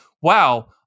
wow